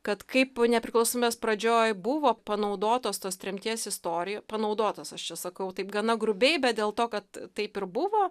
kad kaip nepriklausomybės pradžioj buvo panaudotos tos tremties istorija panaudotas aš čia sakau taip gana grubiai bet dėl to kad taip ir buvo